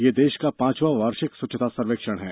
यह देश का पांचवां वार्षिक स्वच्छता सर्वेक्षण है